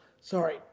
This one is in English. sorry